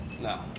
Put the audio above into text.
No